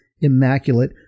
immaculate